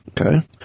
Okay